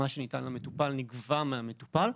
מה שניתן למטופל נגבה מהמטופל,